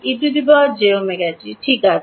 ejωt ঠিক আছে